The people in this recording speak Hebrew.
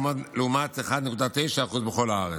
לעומת 1.9% בכל הארץ.